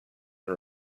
are